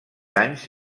anys